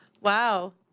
Wow